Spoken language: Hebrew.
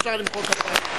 אפשר למחוא כפיים.